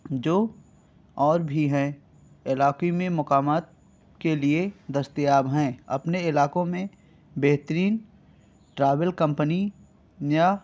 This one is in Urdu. جو اور بھی ہیں علاقے میں مقامات کے لیے دستیاب ہیں اپنے علاقوں میں بہترین ٹراول کمپنی یا